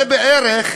זה בערך,